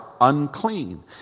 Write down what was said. unclean